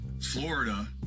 Florida